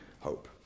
hope